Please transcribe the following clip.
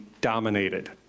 dominated